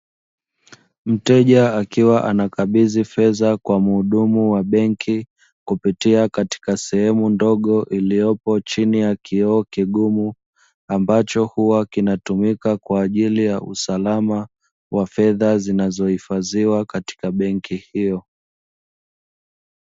Mteja akiwa anakabidhi fedha wa mhudumu wa benki, kupitia katika sehemu ndogo iliyopo chini ya kioo kigumu, ambacho huwa kinatumika kwa ajili ya usalama wa fedha zinazohifadhiwa katika benki hiyo.